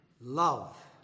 love